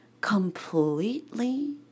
completely